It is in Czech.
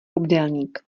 obdélník